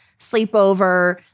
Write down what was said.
sleepover